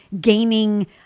gaining